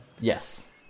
Yes